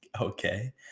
okay